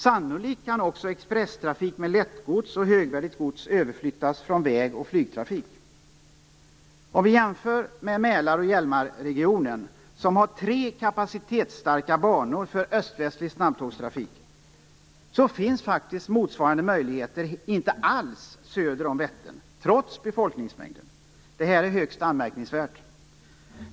Sannolikt kan också expresstrafik med lättgods och högvärdigt gods överflyttas från väg och flygtrafik. Man kan jämföra med Mälarregionen och Hjälmarregionen, som har tre kapacitetsstarka banor för östvästlig snabbtågstrafik. Något motsvarande finns faktiskt inte alls söder om Vättern, trots befolkningsmängden. Det är högst anmärkningsvärt.